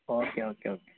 okay okay okay